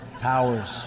powers